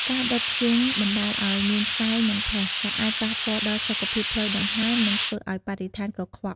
ការដុតធ្យូងបណ្តាលឱ្យមានផ្សែង និងផេះ ដែលអាចប៉ះពាល់ដល់សុខភាពផ្លូវដង្ហើម និងធ្វើឲ្យបរិស្ថានកខ្វក់។